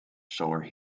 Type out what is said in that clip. solar